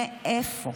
מאיפה?